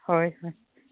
ꯍꯣꯏ ꯍꯣꯏ